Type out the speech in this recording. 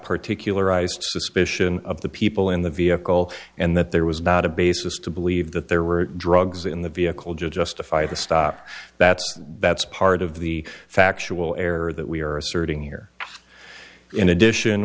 particular eyes suspicion of the people in the vehicle and that there was not a basis to believe that there were drugs in the vehicle justify the stop that's that's part of the factual error that we are asserting here in addition